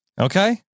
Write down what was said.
Okay